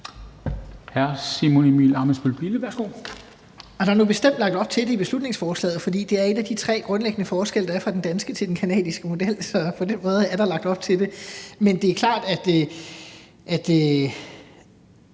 12:36 Simon Emil Ammitzbøll-Bille (UFG): Der er nu bestemt lagt op til det i beslutningsforslaget, for det er en af de tre grundlæggende forskelle, der er mellem den danske og den canadiske model. Så på den måde er der lagt op til det. Men det er klart, at